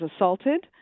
assaulted